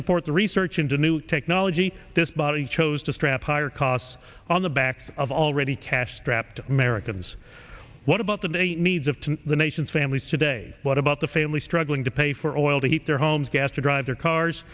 support the research into new technology this body chose to strap higher costs on the backs of already cash strapped americans what about the day needs of the nation's families today what about the family struggling to pay for oil to heat their homes gas to drive their cars